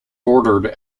ordered